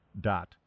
dot